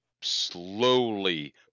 slowly